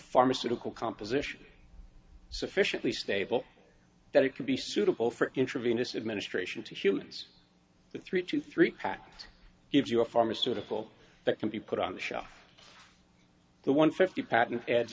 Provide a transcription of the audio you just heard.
pharmaceutical composition sufficiently stable that it can be suitable for intravenous administration to humans the three to three pack gives you a pharmaceutical that can be put on the shelf the one fifty patent ad